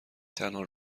تنها